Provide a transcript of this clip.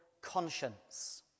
conscience